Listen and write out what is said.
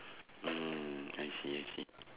mm I see I see